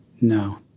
No